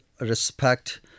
respect